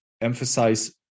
emphasize